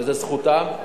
וזאת זכותם,